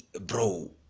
bro